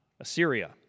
Assyria